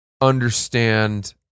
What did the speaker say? understand